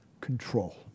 control